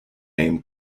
name